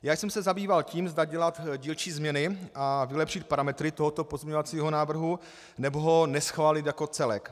Já jsem se zabýval tím, zda dělat dílčí změny a vylepšit parametry tohoto pozměňovacího návrhu, nebo ho neschválit jako celek.